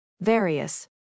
Various